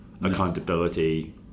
accountability